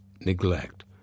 neglect